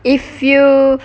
if you